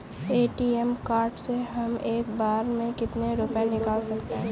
ATM card से हम एक बार में कितने रुपये निकाल सकते हैं?